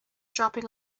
dropping